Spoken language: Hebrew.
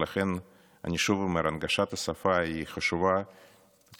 ולכן אני שוב אומר, הנגשת השפה היא חשובה והכרחית